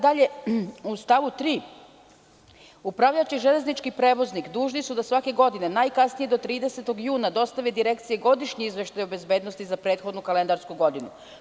Dalje, u stavu 3. upravljač i železnički prevoznik dužni su da svake godine najkasnije do 30. juna dostave Direkciji godišnji izveštaj o bezbednosti za prethodnu kalendarsku godinu.